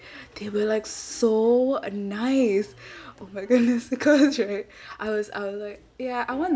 they were like so nice oh my goodness because right I was I was like ya I want